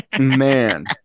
Man